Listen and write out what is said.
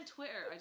Twitter